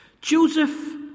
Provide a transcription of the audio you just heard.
Joseph